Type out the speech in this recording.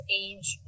age